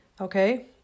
Okay